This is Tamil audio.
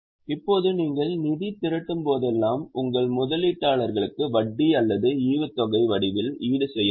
இப்போது நீங்கள் நிதி திரட்டும்போதெல்லாம் உங்கள் முதலீட்டாளர்களுக்கு வட்டி அல்லது ஈவுத்தொகை வடிவில் ஈடுசெய்ய வேண்டும்